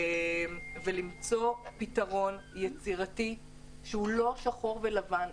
ולמצוא פתרון יצירתי שהוא לא שחור ולבן,